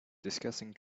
discussing